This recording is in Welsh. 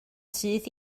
syth